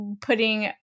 putting